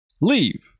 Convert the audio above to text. Leave